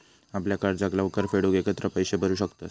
आपल्या कर्जाक लवकर फेडूक एकत्र पैशे भरू शकतंस